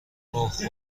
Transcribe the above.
اوه